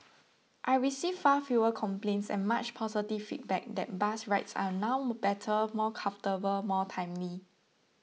I receive far fewer complaints and much positive feedback that bus rides are now better more comfortable more timely